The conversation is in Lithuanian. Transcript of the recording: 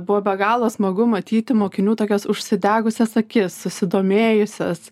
buvo be galo smagu matyti mokinių tokias užsidegusias akis susidomėjusias